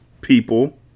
people